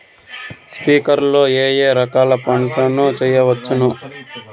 స్ప్రింక్లర్లు లో ఏ ఏ రకాల పంటల ను చేయవచ్చును?